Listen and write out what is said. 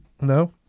No